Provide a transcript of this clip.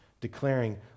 declaring